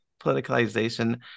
politicalization